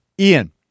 Ian